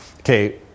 Okay